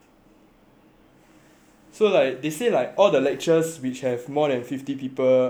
so like they say like all the lectures which have more than fifty people will be online lecture